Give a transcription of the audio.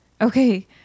Okay